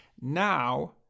now